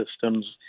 systems